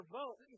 vote